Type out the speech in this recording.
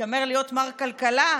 שמתיימר להיות מר כלכלה,